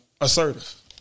assertive